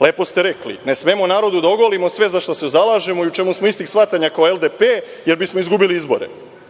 Lepo ste rekli, ne smemo narodu da ogolimo sve za šta se zalažemo i u čemu smo istih shvatanja kao LDP jer bismo izgubili izbore.